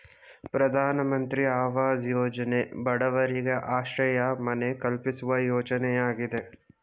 ಪ್ರಧಾನಮಂತ್ರಿ ಅವಾಜ್ ಯೋಜನೆ ಬಡವರಿಗೆ ಆಶ್ರಯ ಮನೆ ಕಲ್ಪಿಸುವ ಯೋಜನೆಯಾಗಿದೆ